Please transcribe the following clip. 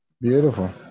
Beautiful